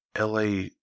LA